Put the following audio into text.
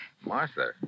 Martha